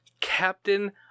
Captain